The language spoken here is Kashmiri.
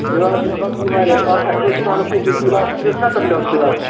گِلاس چھِ وَسان وارِیاہ اَسہِ ؤتھۍ پَرُس أکِس گِلاس کُلِس سَتتھ ڈَبہٕ گِلاس